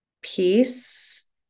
Peace